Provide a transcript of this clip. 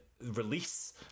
release